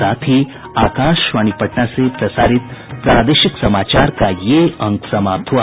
इसके साथ ही आकाशवाणी पटना से प्रसारित प्रादेशिक समाचार का ये अंक समाप्त हुआ